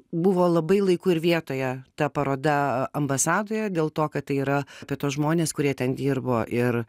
buvo labai laiku ir vietoje ta paroda ambasadoje dėl to kad tai yra apie tuos žmones kurie ten dirbo ir